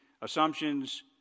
assumptions